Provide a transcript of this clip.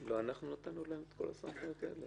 ---" לא אנחנו נתנו להם את כל הסמכויות האלה?